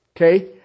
Okay